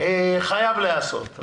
חייב להיעשות.